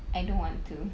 I don't want to